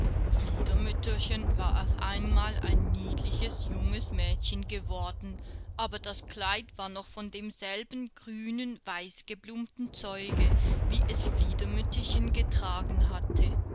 fliedermütterchen war auf einmal ein niedliches junges mädchen geworden aber das kleid war noch von demselben grünen weißgeblümten zeuge wie es fliedermütterchen getragen hatte